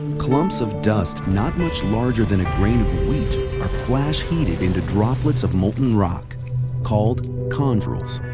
clumps of dust not much larger than a grain of wheat are flash-heated into droplets of molten rock called chondrules.